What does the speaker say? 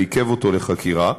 ועיכבו לחקירה.